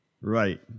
Right